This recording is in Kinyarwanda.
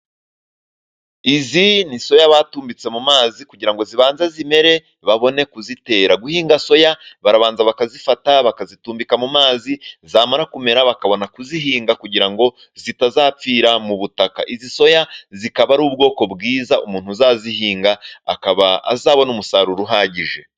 Izi ni soya batumbitse mu mazi kugira ngo zibanze zimere babone kuzitera, guhinga soya barabanza bakazifata bakazitumbika mu mazi zamara kumera bakabona kuzihinga, kugira ngo zitazapfira mu butaka, izi soya zikaba ar'ubwoko bwiza, umuntu uzazihinga akaba azabona umusaruro uhagije.